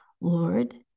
Lord